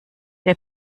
der